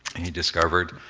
and he discovered